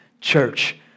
church